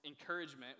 encouragement